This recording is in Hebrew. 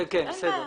בסדר.